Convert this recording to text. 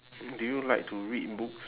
do you like to read books